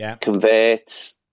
converts